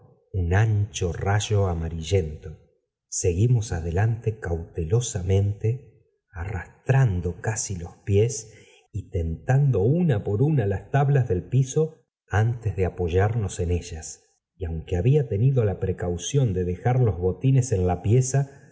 un ancho rayo amarillento seguimos adelante cautelosamente arrastrando casi los pies y tentando una por una las tablas del piso antes de apoyamos en ellas y aunque había tenido la precaución de dejar los botines en la pieza